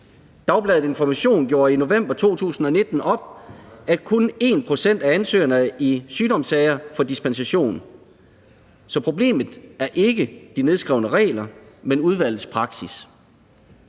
Dagbladet information gjorde i november 2019 op, at kun 1 pct. af ansøgerne i sygdomssager får dispensation. Så problemet er ikke de nedskrevne regler, men udvalgets praksis.